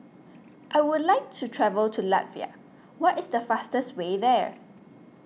I would like to travel to Latvia what is the fastest way there